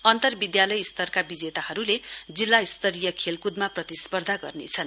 अन्तर्विद्यालय स्तरका विजेताहरूले जिल्लास्तरीय खेलकुदमा प्रतिस्पर्धा गर्नेछन्